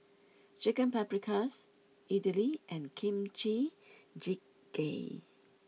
Chicken Paprikas Idili and Kimchi Jjigae